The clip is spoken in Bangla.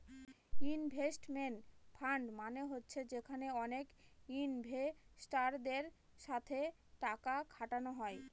ইনভেস্টমেন্ট ফান্ড মানে হচ্ছে যেখানে অনেক ইনভেস্টারদের সাথে টাকা খাটানো হয়